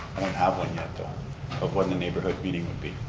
have one yet though of one the neighborhood meeting would be.